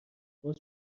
باز